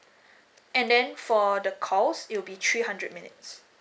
and then for the calls it'll be three hundred minutes